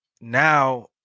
Now